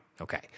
Okay